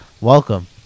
Welcome